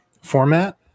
format